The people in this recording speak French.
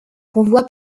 convoi